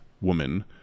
woman